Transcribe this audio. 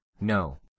No